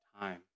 time